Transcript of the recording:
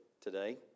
today